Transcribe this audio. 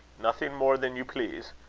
nothing more than you please.